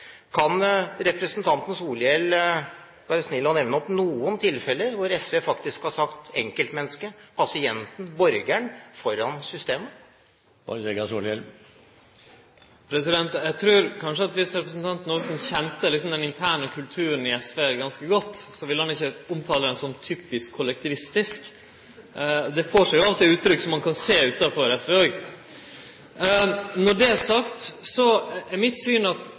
Kan representanten Solhjell være snill og nevne noen tilfeller hvor SV faktisk har sagt enkeltmennesket, pasienten, borgeren foran systemet? Eg trur kanskje at dersom representanten Olsen kjende den interne kulturen i SV ganske godt, ville han ikkje omtale han som typisk kollektivistisk. Det får seg av og til uttrykk som ein kan sjå utanfor SV óg. Når det er sagt, er mitt syn at